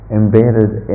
embedded